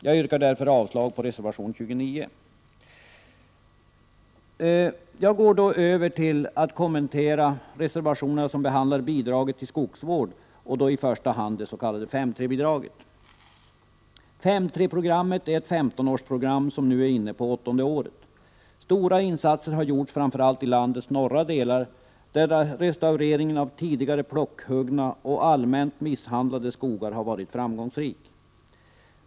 Jag yrkar därför avslag på reservation 29. Jag går nu över till att kommentera reservationerna som behandlar bidraget till skogsvård, och då i första hand det s.k. 5:3-bidraget. 5:3-programmet är ett 15-årsprogram som nu är inne på åttonde året. Stora insatser har gjorts, framför allt i landets norra delar, där restaureringen av tidigare plockhuggna och allmänt misshandlade skogar har varit framgångsrik.